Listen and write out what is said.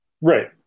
Right